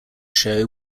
show